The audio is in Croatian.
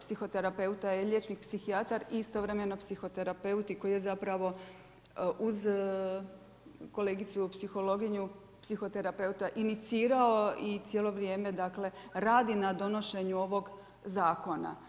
psihoterapeuta je liječnik psihijatar i istovremeno psihoterapeut, koji je zapravo uz kolegicu, psihologinju, psihoterapeuta, inicirao i cijelo vrijeme dakle, radi na donošenju ovog zakona.